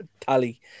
tally